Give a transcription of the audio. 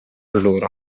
loro